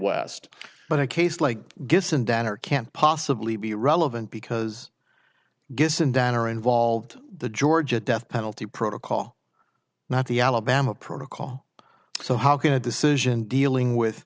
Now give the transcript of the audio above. west but a case like gibson downer can't possibly be relevant because gibson downer involved the georgia death penalty protocol not the alabama protocol so how can a decision dealing with